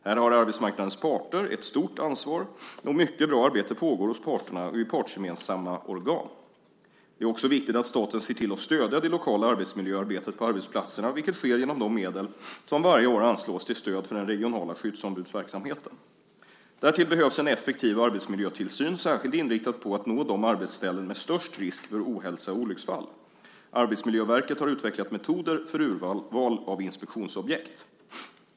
Här har arbetsmarknadens parter ett stort ansvar, och mycket bra arbete pågår hos parterna och i partsgemensamma organ. Det är också viktigt att staten ser till att stödja det lokala arbetsmiljöarbetet på arbetsplatserna, vilket sker genom de medel som varje år anslås till stöd för den regionala skyddsombudsverksamheten. Därtill behövs en effektiv arbetsmiljötillsyn, särskilt inriktad på att nå arbetsställen med störst risk för ohälsa och olycksfall. Arbetsmiljöverket har utvecklat metoder för urval av inspektionsobjekt.